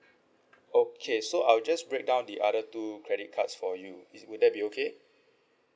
okay so I will just break down the other two credit cards for you is it would that be okay